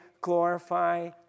glorify